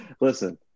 Listen